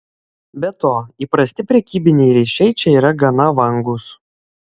be to įprasti prekybiniai ryšiai čia yra gana vangūs